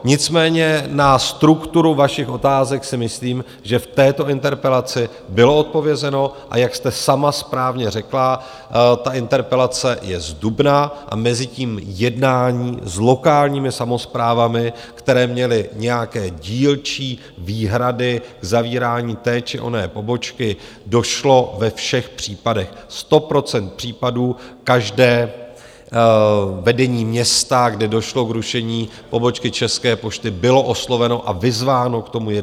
Nicméně na strukturu vašich otázek si myslím, že v této interpelaci bylo odpovězeno, a jak jste sama správně řekla, ta interpelace je z dubna a mezitím jednání s lokálními samosprávami, které měly nějaké dílčí výhrady k zavírání té či oné pobočky, došlo ve všech případech, 100 % případů, každé vedení města, kde došlo k rušení pobočky České pošty, bylo osloveno a vyzváno k jednání.